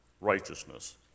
righteousness